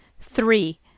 Three